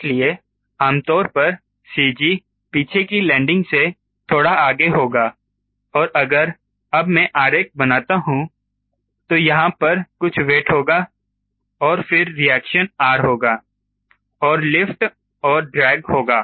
इसलिए आम तौर पर CG पीछे के लैंडिंग से थोड़ा आगे होगा और अगर अब मैं आरेख बनाता हूं तो यहां पर कुछ वेट होगा और फिर रिएक्शन R होगा और लिफ्ट और ड्रैग होगा